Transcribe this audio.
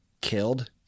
killed